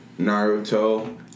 Naruto